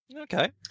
Okay